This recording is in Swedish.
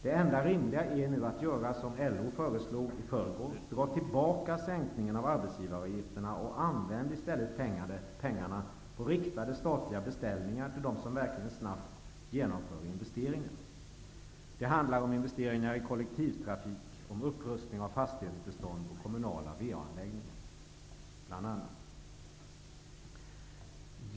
Det enda rimliga är nu att göra som LO föreslog i förrgår: Dra tillbaka sänkningen av arbetsgivaravgifterna och använd i stället pengarna till riktade statliga beställningar till dem som verkligen snabbt genomför investeringar. Det handlar bl.a. om investeringar i kollektivtrafik och om upprustning av fastighetsbestånd och kommunala VA-anläggningar.